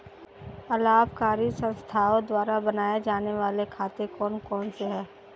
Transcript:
अलाभकारी संस्थाओं द्वारा बनाए जाने वाले खाते कौन कौनसे हैं?